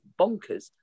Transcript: bonkers